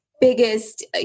biggest